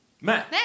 Matt